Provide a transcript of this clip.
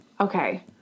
Okay